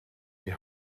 die